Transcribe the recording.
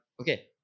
okay